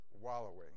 wallowing